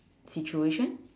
situation